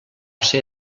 ser